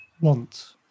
want